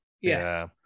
Yes